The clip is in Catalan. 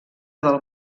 del